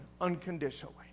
unconditionally